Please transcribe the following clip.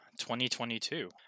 2022